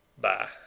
Bye